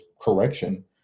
correction